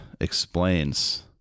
explains